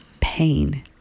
pain